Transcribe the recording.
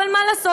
אבל מה לעשות,